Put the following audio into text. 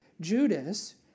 Judas